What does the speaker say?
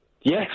Yes